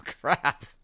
crap